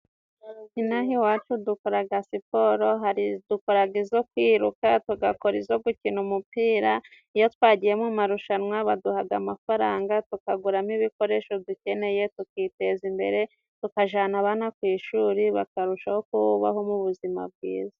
Inaha iwacu dukoraga siporo dukora izo kwiruka, tugakora izo gukina umupira. Iyo twagiye mu marushanwa baduhaga amafaranga, tukaguramo ibikoresho dukeneye, tukiteza imbere, tukajana abana ku ishuri bakarushaho kubaho mubuzima bwiza.